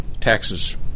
taxes